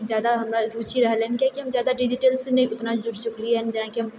जादा हमरा रुचि रहलै किआकि जादा डिजिटलसँ नहि ओतना जुड़ि चुकलिऐ जेनाकि हम